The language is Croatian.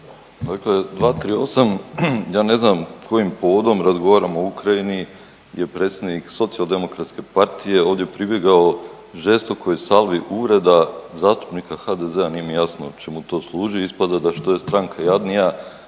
Dakle, 238., ja ne znam kojim povodom razgovaramo o Ukrajini jer predsjednik Socijaldemokratske partije ovdje pribjegao žestokoj salvi uvreda zastupnika HDZ-a. Nije mi jasno čemu to služi. Ispada da što je stranka jadnija,